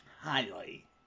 highly